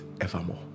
evermore